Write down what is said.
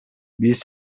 биз